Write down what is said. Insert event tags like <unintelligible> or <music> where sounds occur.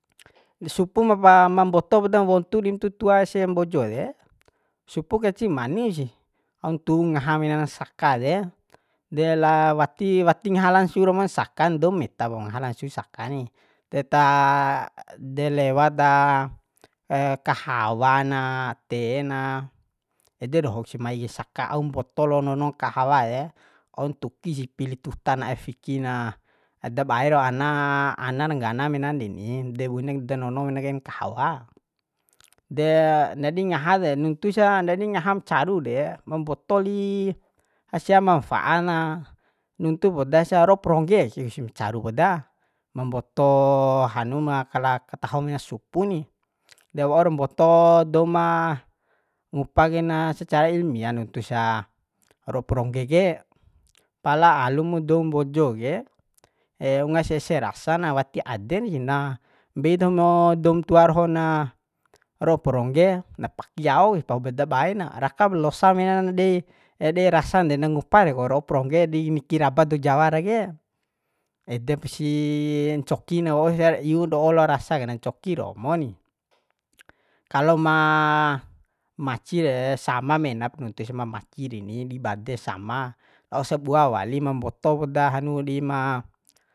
Supu ma ba ma mboto podam wontu dim tutua ese mbojo de supu kenci manisi aun ntuwu ngaha menan saka de de la wati wati ngaha langsu romon sakan doum meta po ma ngaha langsu saka ni deta <hesitation> de lewa ta <hesitation> kahawa na, te na, ede dohok si mai kai saka au mboto lo nono kahawa de waun ntuki sih pili tutan na'e fiki na dabae ro ana anan nggana menan deni de bunek da nono mena kain kahawa de ndadi ngaha de nuntusa ndadi ngaham caru de ma mboto li <unintelligible> mamfa'a na nuntu poda sa ro'o prongge ke si ma caru poda ma mboto hanuma kala katahon supu ni de waur mboto dou ma ngupa kaina secara ilmia nuntu sa ro'o prongge ke pala alumu dou mbojo ke <hesitation> ungas ese rasa na wati aden si na mbei taho mo doum tua doho na ro'o prongge na paki aoku pahup da baena rakap losa menan dei dei rasan de na ngupa rek ro'o prongge di niki raba dou jawa ara ke edek si ncokin wausar iu lao rasa ke na ncoki romo ni kalo ma maci re sama menap nuntus ma maci reni di bade sama lo sabua wali ma mboto poda hanu di ma